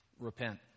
repent